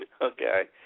Okay